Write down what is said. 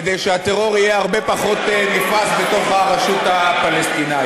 כדי שהטרור יהיה הרבה פחות נפרץ בתוך הרשות הפלסטינית.